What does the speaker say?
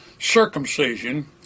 circumcision